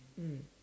mm